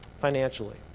Financially